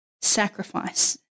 sacrifice